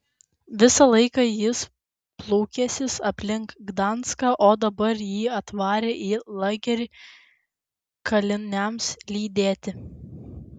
visą laiką jis plūkęsis aplink gdanską o dabar jį atvarę į lagerį kaliniams lydėti